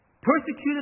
Persecuted